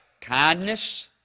kindness